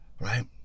right